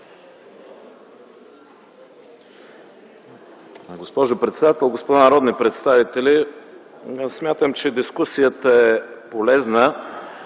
Госпожо председател, господа народни представители! Смятам, че дискусията е полезна,